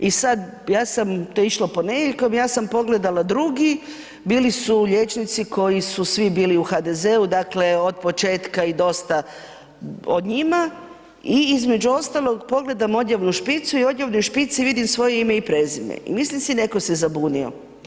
I sada ja sam, to je išlo ponedjeljkom, ja sam pogledala drugi bili su liječnici koji su svi bili u HDZ-u dakle od početka i dosta o njima i između ostalog pogledam odjavnu špicu i u odjavnoj špici vidim svoje ime i prezime i mislim netko se zabunio.